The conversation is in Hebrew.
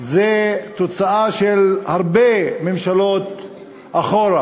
זה תוצאה של הרבה ממשלות אחורה,